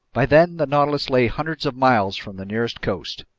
by then the nautilus lay hundreds of miles from the nearest coast!